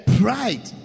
pride